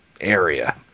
area